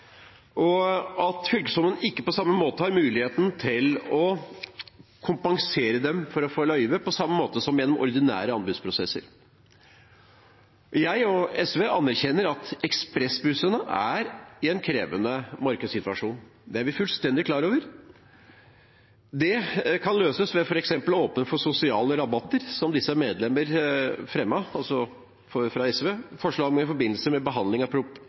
og at fylkeskommunen ikke har mulighet til å kompensere dem som får løyve, på samme måte som gjennom ordinære anbudsprosesser. Jeg og SV anerkjenner at ekspressbussene er i en krevende markedssituasjon. Det er vi fullstendig klar over. Det kan løses ved f.eks. å åpne for sosiale rabatter, som medlemmene fra SV fremmet forslag om i forbindelse med behandlingen av Prop.